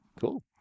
Cool